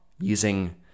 using